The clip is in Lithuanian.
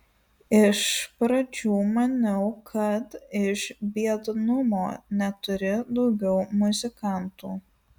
iš pradžių maniau kad iš biednumo neturi daugiau muzikantų